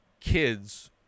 kids